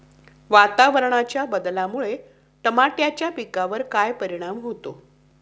वातावरणाच्या बदलामुळे टमाट्याच्या पिकावर काय परिणाम होतो?